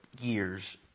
years